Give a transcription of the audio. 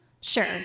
Sure